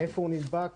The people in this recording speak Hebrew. איפה הוא נדבק וכולי.